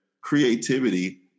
creativity